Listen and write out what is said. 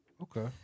Okay